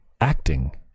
acting